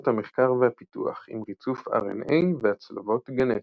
המחקר והפיתוח עם ריצוף RNA והצלבות גנטיות.